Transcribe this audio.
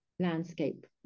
landscape